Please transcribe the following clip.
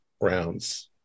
rounds